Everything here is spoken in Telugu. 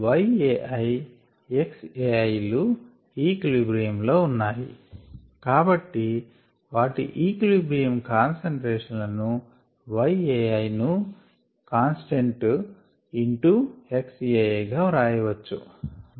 yAixAiలు ఈక్విలిబ్రియం లో ఉన్నాయి కాబట్టి వాటి ఈక్విలిబ్రియం కాన్సంట్రేషన్ లను yAiను కాన్స్టెంట్ ఇంటూ xAiగా వ్రాయ వచ్చు